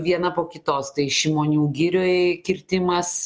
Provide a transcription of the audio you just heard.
viena po kitos tai šimonių girioj kirtimas